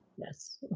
Yes